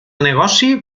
negoci